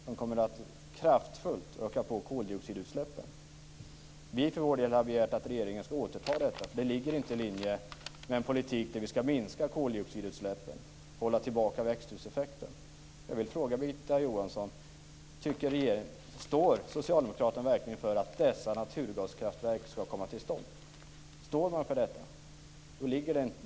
De kommer att kraftfullt öka koldioxidutsläppen. Vi har begärt att regeringen skall återta detta. Det ligger inte i linje med en politik där vi skall minska koldioxidutsläppen och hålla tillbaka växthuseffekten. Jag vill fråga Birgitta Johansson: Står socialdemokraterna verkligen för att dessa naturgaskraftverk skall komma till stånd? Står man för detta?